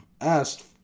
asked